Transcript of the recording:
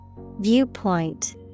Viewpoint